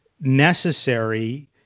necessary